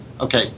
Okay